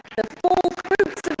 the full fruits